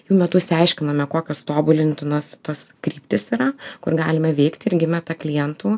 jų metu išsiaiškinome kokios tobulintinos tos kryptys yra kur galime vykti ir gimė ta klientų